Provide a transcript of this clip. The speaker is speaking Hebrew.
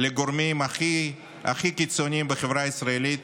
לגורמים הכי קיצוניים בחברה הישראלית